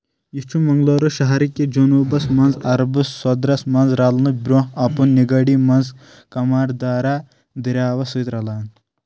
یہِ چھُ منگلورٕس شہرٕ کہِ جُنوٗبس منٛز عرب سوٚدرس منٛز رلنہٕ برٛۄنٛہہ اپُن نگٲڈی منٛز کماردارا دٔریاوس سٕتۍ رلان